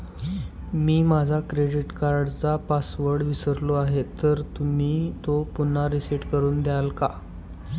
मी माझा क्रेडिट कार्डचा पासवर्ड विसरलो आहे तर तुम्ही तो पुन्हा रीसेट करून द्याल का?